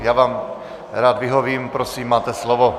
Já vám rád vyhovím, prosím, máte slovo.